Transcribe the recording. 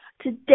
today